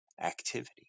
activity